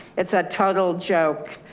it's a total joke.